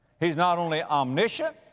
he's not only omniscient,